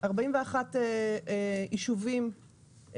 41 ישובים,